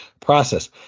process